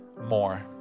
More